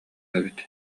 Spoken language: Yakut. эбит